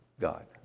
God